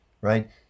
right